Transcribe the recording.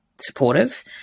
supportive